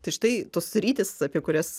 tai štai tos sritys apie kurias